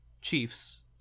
chiefs